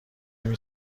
این